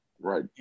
Right